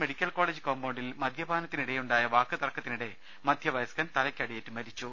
medical college കോമ്പൌണ്ടിൽ തൃശുർ മദ്യപാനത്തിനിടെയുണ്ടായ വാക്കുതർക്കത്തിനിടെ മധ്യവയസ്കൻ തലയ്ക്ക് അടിയേറ്റ് മരിച്ചു